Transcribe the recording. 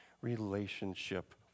relationship